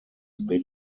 big